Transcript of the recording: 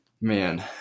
man